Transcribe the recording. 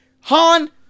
Han